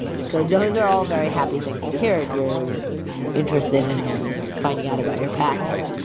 so those are all very happy things to hear if you're interested in finding out about your past.